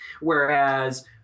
Whereas